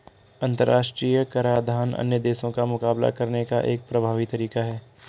अंतर्राष्ट्रीय कराधान अन्य देशों का मुकाबला करने का एक प्रभावी तरीका है